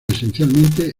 esencialmente